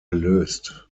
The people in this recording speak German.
gelöst